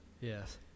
yes